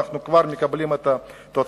אנחנו כבר מקבלים את התוצאה,